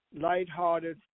lighthearted